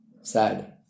Sad